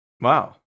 Wow